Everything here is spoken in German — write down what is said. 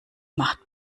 macht